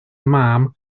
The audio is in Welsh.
mam